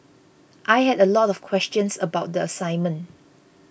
I had a lot of questions about the assignment